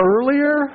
earlier